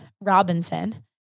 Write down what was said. Robinson